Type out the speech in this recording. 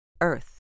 Earth